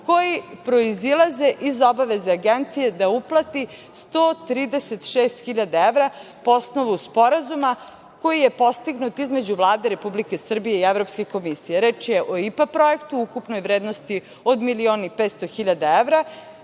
koji proizilaze iz obaveze Agencije da uplati 136.000 evra po osnovu sporazuma koji je postignut između Vlade Republike Srbije i Evropske komisije. Reč je o IPA projektu u ukupnoj vrednosti od 1.500.000 evra,